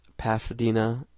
Pasadena